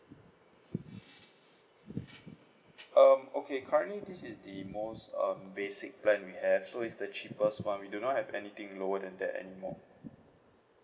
um okay currently this is the most um basic plan we have so is the cheapest one we do not have anything lower than that anymore